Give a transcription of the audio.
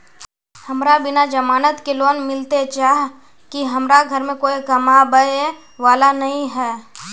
हमरा बिना जमानत के लोन मिलते चाँह की हमरा घर में कोई कमाबये वाला नय है?